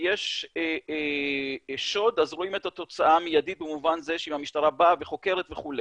כשיש שוד אז רואים את התוצאה המיידית במובן זה שהמשטרה באה וחוקרת וכו',